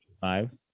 Five